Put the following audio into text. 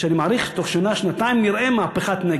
שאני מעריך שבתוך שנה-שנתיים נראה מהפכת-נגד,